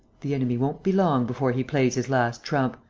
the enemy won't be long before he plays his last trump.